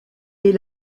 est